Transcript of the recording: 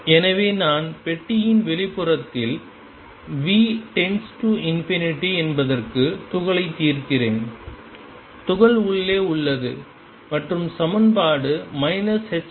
எனவே நான் பெட்டியின் வெளிப்புறத்தில் V→∞ என்பதற்கு துகளை தீர்க்கிறேன் துகள் உள்ளே உள்ளது மற்றும் சமன்பாடு 22md2dx2VψEψ